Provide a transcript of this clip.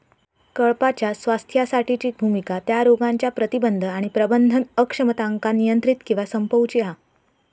कळपाच्या स्वास्थ्यासाठीची भुमिका त्या रोगांच्या प्रतिबंध आणि प्रबंधन अक्षमतांका नियंत्रित किंवा संपवूची हा